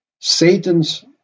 Satan's